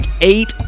eight